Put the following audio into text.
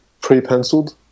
pre-penciled